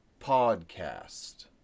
podcast